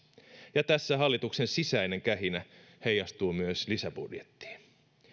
ja tässä hallituksen sisäinen kähinä heijastuu myös lisäbudjettiin